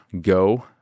go